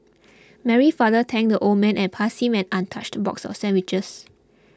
Mary's father thanked the old man and passed him an untouched box of sandwiches